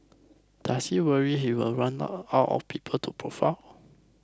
does he worry he will run out of people to profile